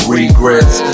regrets